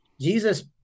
Jesus